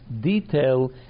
detail